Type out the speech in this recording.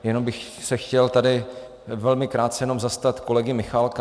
Jenom bych se chtěl tady velmi krátce zastat kolegy Michálka.